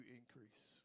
increase